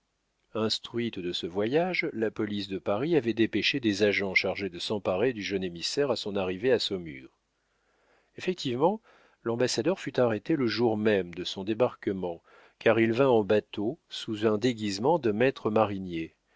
instruite de ce voyage la police de paris avait dépêché des agents chargés de s'emparer du jeune émissaire à son arrivée à saumur effectivement l'ambassadeur fut arrêté le jour même de son débarquement car il vint en bateau sous un déguisement de maître marinier